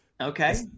okay